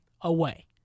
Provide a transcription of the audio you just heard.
away